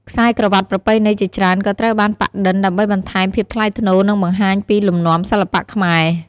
ខ្សែក្រវ៉ាត់ប្រពៃណីជាច្រើនក៏ត្រូវបានប៉ាក់-ឌិន ដើម្បីបន្ថែមភាពថ្លៃថ្នូរ និងបង្ហាញពីលំនាំសិល្បៈខ្មែរ។